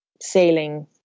sailing